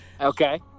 Okay